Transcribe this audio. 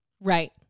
Right